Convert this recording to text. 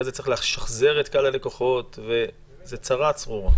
אחרי זה צריך לשחזר את קהל הלקוחות וזה צרה צרורה.